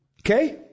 Okay